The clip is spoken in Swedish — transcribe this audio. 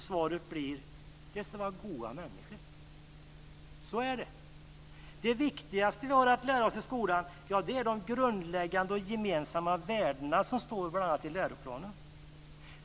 Svaret blir: De ska vara goda människor. Så är det. Det viktigaste vi har att lära oss i skolan är de grundläggande och gemensamma värden som står bl.a. i läroplanen.